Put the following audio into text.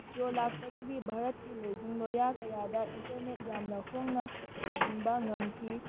ꯖꯤꯌꯣ ꯂꯥꯛꯄꯗꯒꯤ ꯚꯥꯔꯠꯀꯤ ꯂꯣꯏꯖꯤꯡ ꯂꯣꯌꯥ ꯀꯌꯥꯗ ꯏꯟꯇꯔꯅꯦꯠ ꯌꯥꯝꯅ ꯍꯣꯡꯅ ꯐꯪꯍꯟꯕ ꯉꯝꯈꯤ